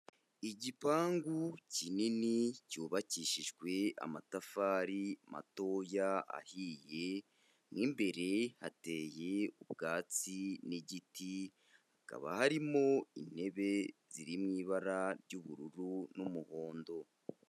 Igipangu kinini cyubakishijwe amatafari matoya ahiye, mo imbere hateye ubwatsi n'igiti, hakaba harimo intebe ziri mu ibara ry'ubururu n'umuhondo.